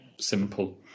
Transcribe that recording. simple